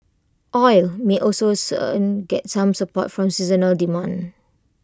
oil may also soon get some support from seasonal demand